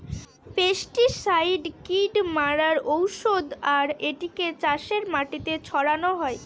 pesticide কীট মারার ঔষধ আর এটিকে চাষের মাটিতে ছড়ানো হয়